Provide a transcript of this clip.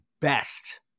best